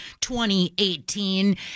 2018